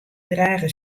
drage